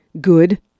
good